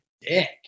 dick